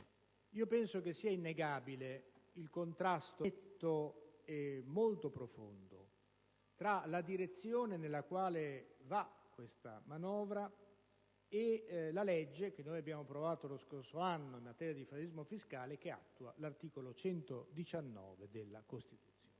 Penso che sia innegabile il contrasto, netto e molto profondo, tra la direzione nella quale va questa manovra e la legge che abbiamo approvato lo scorso anno in materia di federalismo fiscale, che attua l'articolo 119 della Costituzione.